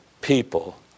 people